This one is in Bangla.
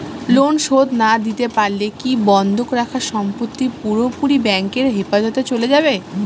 লোন শোধ না দিতে পারলে কি বন্ধক রাখা সম্পত্তি পুরোপুরি ব্যাংকের হেফাজতে চলে যাবে?